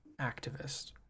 activist